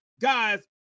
Guys